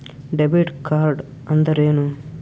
Debit ಕಾರ್ಡ್ಅಂದರೇನು?